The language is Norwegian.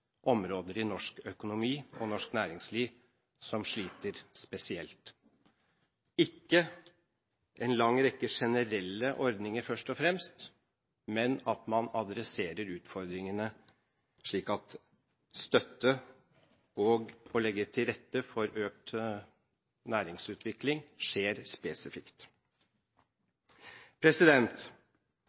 områder i norsk økonomi og norsk næringsliv som sliter spesielt – ikke først og fremst en lang rekke generelle ordninger, men at man adresserer utfordringene slik at det å gi støtte, og det å legge til rette for økt næringsutvikling, skjer